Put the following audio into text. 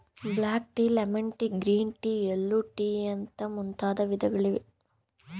block tea, lemon tea, green tea, yellow tea ಅಂತ ಮುಂತಾದ ವಿಧಗಳಿವೆ